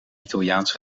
italiaans